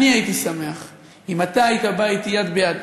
אני הייתי שמח אם אתה היית בא אתי יד ביד,